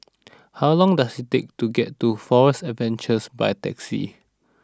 how long does it take to get to Forest Adventures by taxi